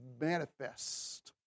manifest